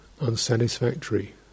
unsatisfactory